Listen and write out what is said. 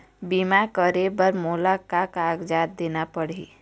बीमा करे बर मोला का कागजात देना पड़ही?